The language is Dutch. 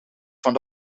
van